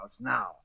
now